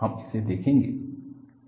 हम उसे देखेंगे